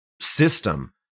system